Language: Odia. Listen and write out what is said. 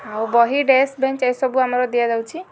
ଆଉ ବହି ଡେସ୍କ ବେଞ୍ଚ ଏ ସବୁ ଆମର ଦିଆଯାଉଛି